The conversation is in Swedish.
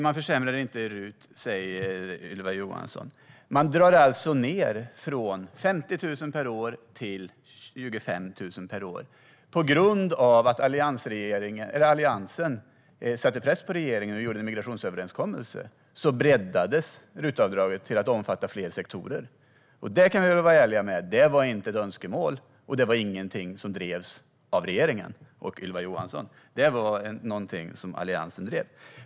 Man försämrar inte RUT, säger Ylva Johansson. Men man drar ned skatteavdraget från 50 000 till 25 000 per år. På grund av att Alliansen satte press på regeringen och gjorde en migrationsöverenskommelse breddades RUT-avdraget till att omfatta fler sektorer. Och vi kan vara ärliga med att det inte var ett önskemål och något som drevs av regeringen och Ylva Johansson. Det var något som Alliansen drev.